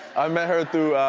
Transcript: i met her through,